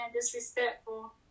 disrespectful